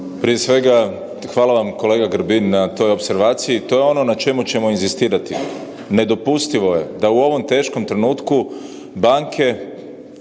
Prije svega hvala vam kolega Grbin na toj opservaciji. To je ono na čemu ćemo inzistirati, nedopustivo je da u ovom teškom trenutku banke